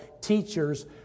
teachers